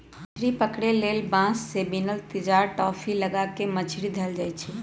मछरी पकरे लेल बांस से बिनल तिजार, टापि, लगा क मछरी धयले जाइ छइ